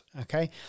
okay